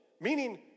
meaning